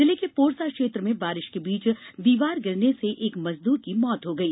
जिले के पोरसा क्षेत्र में बारिश के बीच दीवार गिरने से एक मजदूर की मौत हो गई